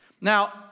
Now